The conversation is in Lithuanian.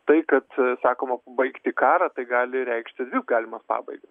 tai kad sakoma pabaigti karą tai gali reikšti dvi galimas pabaigas